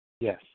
Yes